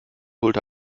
holte